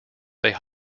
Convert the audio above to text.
they